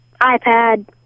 iPad